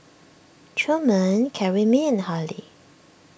Truman Karyme and Hale